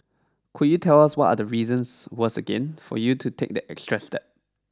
could you tell us what are the reasons was again for you to take the extra step